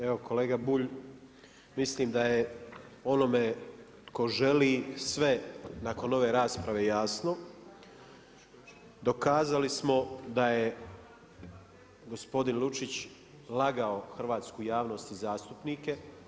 Evo kolega Bulj mislim da je onome tko želi sve nakon ove rasprave jasno, dokazali smo da je gospodin Lučić lagao hrvatsku javnost i zastupnike.